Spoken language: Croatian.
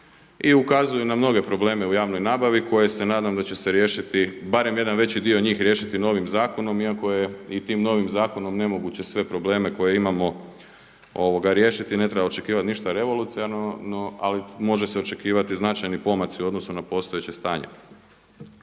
i ukazuju na mnoge probleme u javnoj nabavi koje se nadam da će se riješiti barem jedan veći dio njih riješiti novim zakonom iako je i tim novim zakonom nemoguće sve probleme koje imamo riješiti. Ne treba očekivati ništa revolucionarno ali može se očekivati značajni pomaci u odnosu na postojeće stanje.